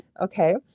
Okay